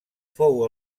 fou